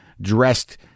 dressed